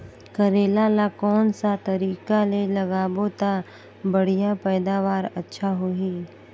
करेला ला कोन सा तरीका ले लगाबो ता बढ़िया पैदावार अच्छा होही?